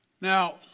now